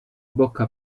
bocca